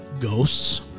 ghosts